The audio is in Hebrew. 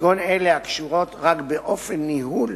כגון אלה הקשורות רק באופן ניהול